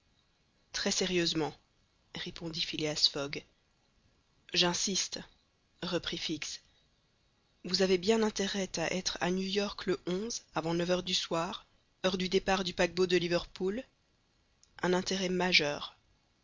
très sérieusement répondit phileas fogg j'insiste reprit fix vous avez bien intérêt à être à new york le avant neuf heures du soir heure du départ du paquebot de liverpool un intérêt majeur